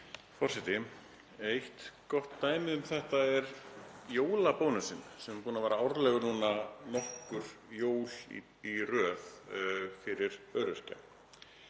Forseti. Eitt gott dæmi um þetta er jólabónusinn sem er búinn að vera árlegur núna nokkur jól í röð fyrir öryrkja.